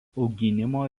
auginimo